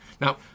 Now